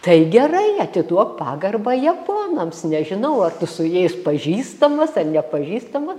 tai gerai atiduok pagarbą japonams nežinau ar tu su jais pažįstamas ar nepažįstama